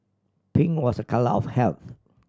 pink was a colour of health